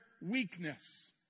weakness